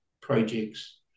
projects